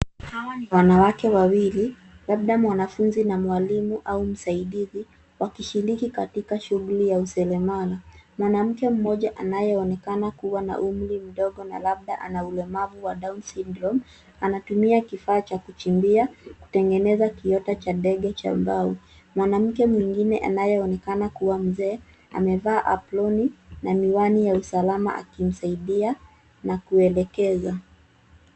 Hawa ni wanawake wawili , labda mwanafunzi na mwalimu au msaidizi , wakishiriki katika shuguli ya useremala. Mwanamke mmoja anayeonekana kuwa na umri mdogo na labda ana ulemavu wa down-syndrome , anatumia kifaa cha kuchimbia kutengeneza kiota cha ndege cha mbao. Mwanamke mwengine anayeonekana kuwa mzee amevaa aproni na miwani ya usalama akimsaidia na kuelekeza.